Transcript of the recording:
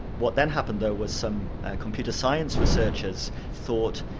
what then happened, though, was some computer science researchers thought,